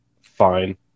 Fine